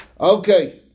Okay